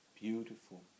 beautiful